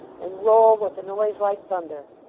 and roll with a noise like thunder.